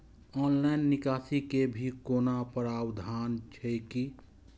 Online निकासी के भी कोनो प्रावधान छै की?